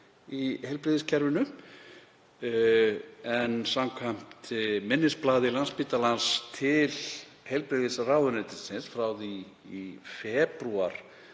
í heilbrigðiskerfinu. Samkvæmt minnisblaði Landspítalans til heilbrigðisráðuneytisins frá því í febrúar